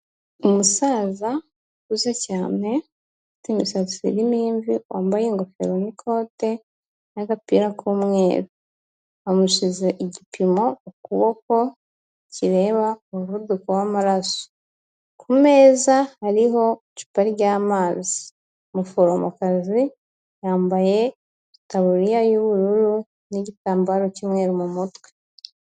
Umusaza ukuze cyane ufite imisatsi irimo imvi wambaye ingofero n'ikote n'agapira k'umweru. Bamushyize igipimo ku kuboko kireba umuvuduko w'amaraso, ku meza hariho icupa ry'amazi, umuforomokazi yambaye itaburiya y'ubururu n'igitambaro cy'umweru mu mutwe.